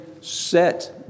set